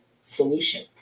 solution